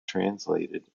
translated